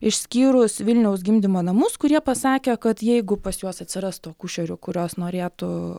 išskyrus vilniaus gimdymo namus kurie pasakė kad jeigu pas juos atsirastų akušerių kurios norėtų